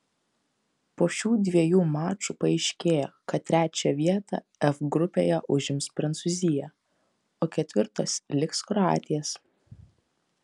po šių dviejų mačų paaiškėjo kad trečią vietą f grupėje užims prancūzija o ketvirtos liks kroatės